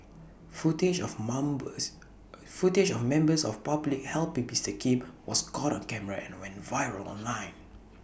footage of footage of members of public help Kim was caught on camera and went viral online